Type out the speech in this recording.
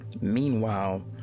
meanwhile